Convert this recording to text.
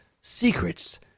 Secrets